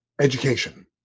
education